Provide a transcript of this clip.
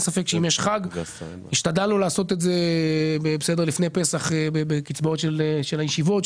אם השתדלנו לעשות את זה לפני פסח בקצבאות של הישיבות,